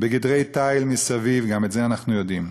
בגדרי תיל מסביב, גם את זה אנחנו יודעים.